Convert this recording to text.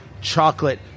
chocolate